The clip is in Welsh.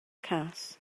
cas